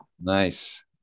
Nice